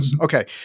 Okay